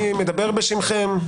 מי מדבר בשמכם?